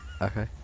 Okay